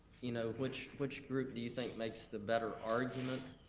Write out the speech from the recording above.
you know which which group do you think makes the better argument,